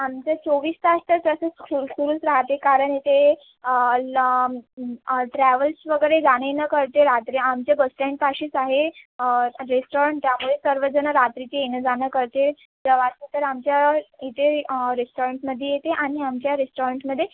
आमचं चोवीस तास तर तसं सुरू सुरूच राहते कारण येथे लांब ट्रॅव्हल्स वगैरे जाणं येणं करते रात्री आमचं बस स्टॅण्डपाशीच आहे रेस्टॉरंट त्यामुळे सर्वजणं रात्रीचे येणं जाणं करतेच प्रवासी तर आमच्या इथे रेस्टॉरंटमध्ये येते आणि आमच्या रेस्टॉरंटमध्ये